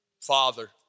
Father